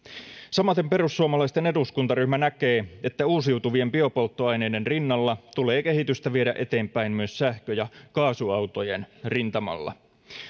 samaten perussuomalaisten eduskuntaryhmä näkee että uusiutuvien biopolttoaineiden rinnalla tulee kehitystä viedä eteenpäin myös sähkö ja kaasuautojen rintamalla